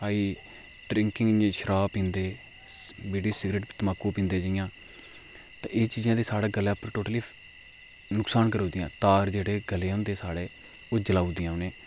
आई drinking जि'यां शराब पींदे बीड़ी सिगरेट तमाकू पींदे जि'यां ते एह् चीजां साढ़े गले उप्पर टोटली नुकसान करी ओड़दियां तार जेह्डे़ गले होंदे साढ़े ओह् जलाउदियां उ'नें ई